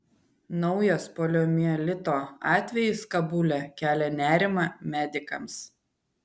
naujas poliomielito atvejis kabule kelia nerimą medikams